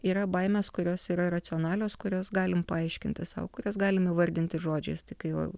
yra baimės kurios yra racionalios kurias galim paaiškinti sau kurias galim įvardinti žodžiais tik kai va